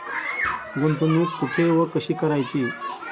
गुंतवणूक कुठे व कशी करायची?